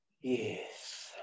yes